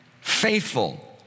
faithful